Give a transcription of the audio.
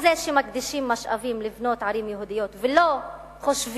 זה שמקדישים משאבים לבנות ערים יהודיות ולא חושבים